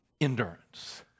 endurance